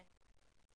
האלה.